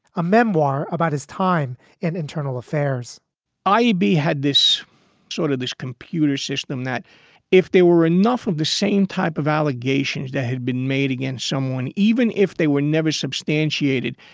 a memoir about his time in internal affairs i b. had this sort of this computer system that if there were enough of the same type of allegations that he'd been made against someone, even if they were never substantiated,